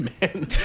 man